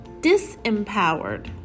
disempowered